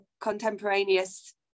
contemporaneous